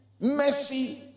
mercy